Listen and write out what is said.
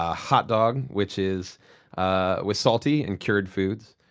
ah hot dog, which is ah with salty and cured foods.